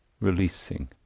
releasing